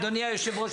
אדוני היושב ראש,